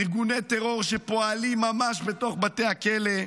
ארגוני טרור שפועלים ממש בתוך בתי הכלא,